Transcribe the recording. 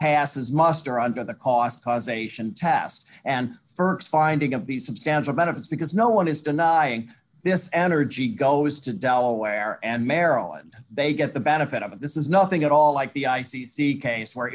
passes muster under the cost causation test and st finding of these substantial benefits because no one is denying this energy goes to delaware and maryland they get the benefit of this is nothing at all like the i c c case where